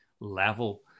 level